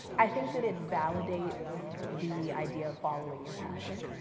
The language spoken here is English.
i think that it validates the idea of following your passion.